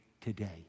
today